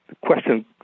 question